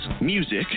music